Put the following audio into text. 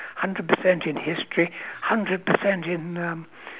hundred percent in history hundred percent in um